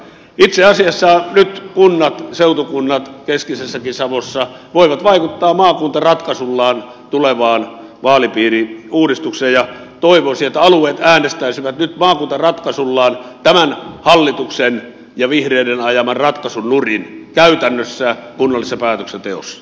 itse asiassa nyt kunnat seutukunnat keskeisessäkin savossa voivat vaikuttaa maakuntaratkaisullaan tulevaan vaalipiiriuudistukseen ja toivoisin että alueet äänestäisivät nyt maakuntaratkaisullaan tämän hallituksen ja vihreiden ajaman ratkaisun nurin käytännössä kunnallisessa päätöksenteossa